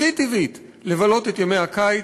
הכי טבעית לבלות את ימי הקיץ,